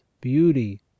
beauty